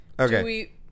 Okay